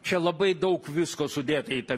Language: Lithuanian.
čia labai daug visko sudėta į tą